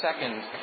second